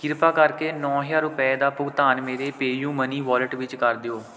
ਕਿਰਪਾ ਕਰਕੇ ਨੌਂ ਹਜ਼ਾਰ ਰੁਪਏ ਦਾ ਭੁਗਤਾਨ ਮੇਰੇ ਪੇਯੁਮਨੀ ਵਾਲਟ ਵਿੱਚ ਕਰ ਦਿਓ